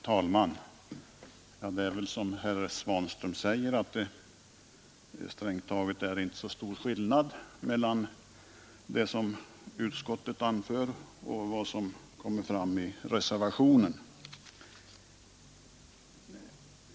Herr talman! Som herr Svanström sade är det inte så stor skillnad mellan vad utskottet anför och vad som sägs i reservationen.